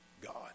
God